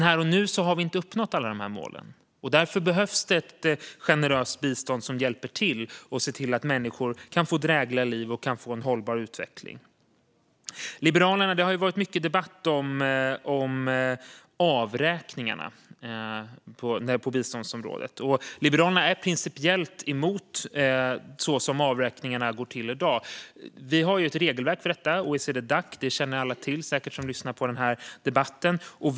Här och nu har vi dock inte uppnått alla de här målen, och därför behövs det ett generöst bistånd som hjälper till och ser till att människor kan få drägliga liv och en hållbar utveckling. Det har ju varit mycket debatt om avräkningarna på biståndsområdet. Liberalerna är principiellt emot utifrån hur avräkningarna går till i dag. Vi har ju ett regelverk för detta, OECD-Dac; det känner säkert alla som lyssnar på den här debatten till.